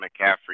McCaffrey